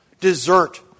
desert